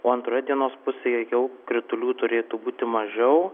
o antroje dienos pusėje jau kritulių turėtų būti mažiau